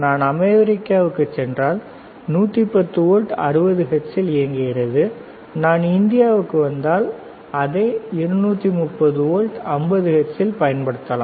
நான் அமெரிக்காவுக்குச் சென்றால் 110 வோல்ட் 60 ஹெர்ட்ஸில் இயங்குகிறது நான் இந்தியாவுக்கு வந்தால் அதை 230 வோல்ட் 50 ஹெர்ட்ஸில் பயன்படுத்தலாம்